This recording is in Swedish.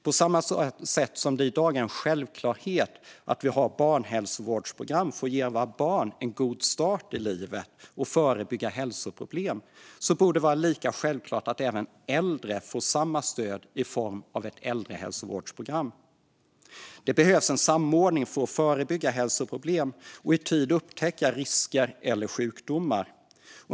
På samma sätt som det i dag är en självklarhet att vi har barnhälsovårdsprogram för att ge våra barn en god start i livet och förebygga hälsoproblem borde det vara självklart att äldre får samma stöd i form av ett äldrehälsovårdsprogram. Det behövs en samordning för att förebygga hälsoproblem och i tid upptäcka risker eller sjukdomar.